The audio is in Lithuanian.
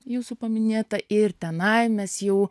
jūsų paminėtą ir tenai mes jau